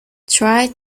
try